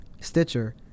Stitcher